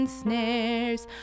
snares